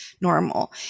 normal